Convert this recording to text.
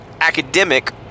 academic